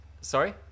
Sorry